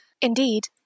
Indeed